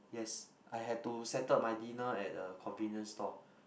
yes I had to settled my dinner at a convenience store